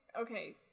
Okay